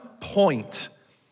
point